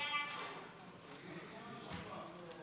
חוק עבודת נשים